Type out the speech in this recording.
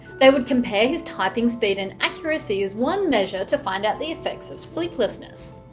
they would compare his typing speed and accuracy as one measure to find out the effects of sleeplessness.